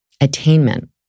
attainment